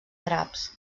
draps